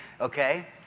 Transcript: okay